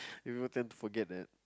we all tend to forget that